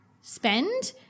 spend